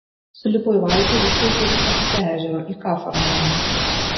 sulipo į valtį ir išplaukė į kitą pusę ežero į kafarnaumą